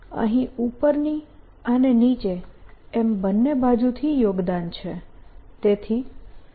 અહીં ઉપરની અને નીચે એમ બંને બાજુથી યોગદાન છે તેથી 2 E